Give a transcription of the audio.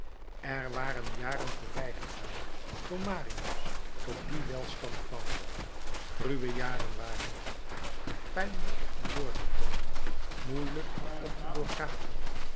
er waren jaren voorbijgegaan voor marius tot dien welstand kwam ruwe jaren waren t pijnlijk om door te komen moeielijk om te doorgraven